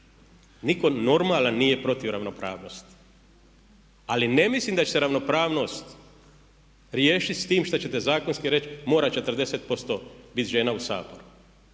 Nitko normalan nije protiv ravnopravnosti ali ne mislim da će se ravnopravnost riješiti sa time što ćete zakonski reći, mora 40% biti žena u Saboru.